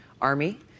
army